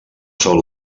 sol